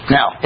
Now